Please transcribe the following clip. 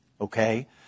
Okay